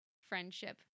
friendship